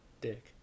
dick